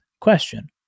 Question